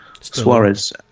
Suarez